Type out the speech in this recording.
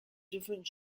different